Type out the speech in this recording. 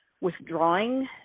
withdrawing